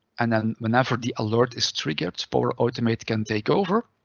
and then whenever the alert is triggered, power automate can take over,